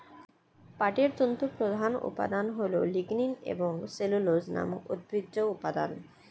পাটের তন্তুর প্রধান উপাদান হল লিগনিন এবং সেলুলোজ নামক উদ্ভিজ্জ উপাদান